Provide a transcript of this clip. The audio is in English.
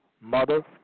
mother